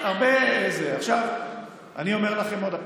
אני אומר לכם שוב